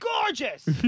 gorgeous